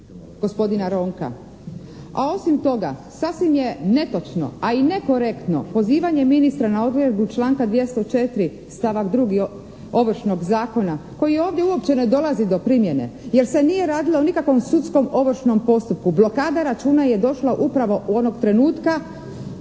gospodina Ronka, a osim toga sasvim je netočno a i nekorektno pozivanje ministra na odredbu članka 204. stavak 2. Ovršnog zakona koji ovdje uopće ne dolazi do primjene jer se nije radilo o nikakvom sudskom ovršnom postupku. Blokada računa je došla upravo onog trenutka